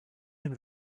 and